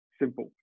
Simple